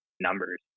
numbers